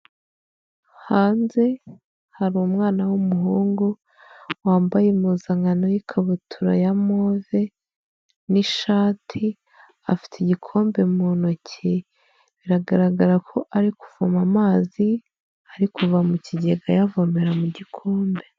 Hanze hari umwana w'umuhungu, wambaye impuzankano y'ikabutura ya move n'ishati, afite igikombe mu ntoki, biragaragara ko ari kuvoma amazi, ari kuva mu kigega ayavomera mu gikombe.